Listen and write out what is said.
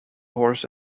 horse